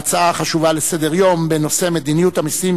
בהצעה החשובה לסדר-היום בנושא מדיניות המסים